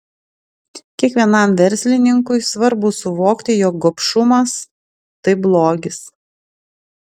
kiekvienam verslininkui svarbu suvokti jog gobšumas tai blogis